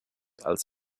als